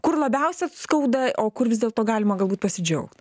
kur labiausiai skauda o kur vis dėlto galima galbūt pasidžiaugti